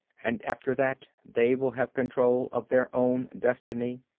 and after that they will have control of their own destiny.